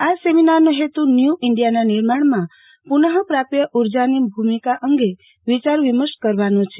આ સેમિનારનો હેતુ ન્યૂ ઈન્ડિયાના નિર્માજ્ઞમાં પુનઃપ્રાપ્ય ઊર્જાની ભૂમિકા અંગે વિચાર વિમર્શ કરવાનો છે